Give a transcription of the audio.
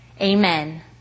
Amen